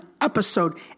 episode